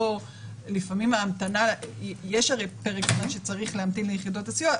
לפעמים ההמתנה --- יש הרי פרק זמן שצריך להמתין ליחידות הסיוע,